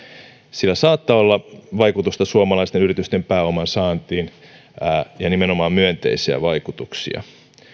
sillä saattaa olla vaikutusta suomalaisten yritysten pääomansaantiin nimenomaan myönteisiä vaikutuksia